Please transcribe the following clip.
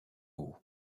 haut